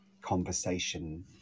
conversation